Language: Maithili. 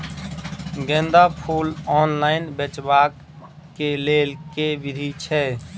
गेंदा फूल ऑनलाइन बेचबाक केँ लेल केँ विधि छैय?